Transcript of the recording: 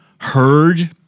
heard